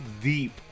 deep